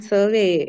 Survey